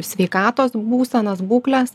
sveikatos būsenas būkles